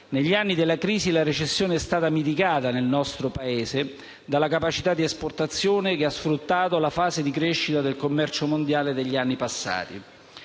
Negli anni della crisi la recessione è stata mitigata nel nostro Paese dalla capacità di esportazione che ha sfruttato la fase di crescita del commercio mondiale degli anni passati.